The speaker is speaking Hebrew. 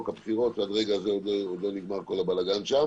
עד רגע זה לא נגמר כל הבלגן שם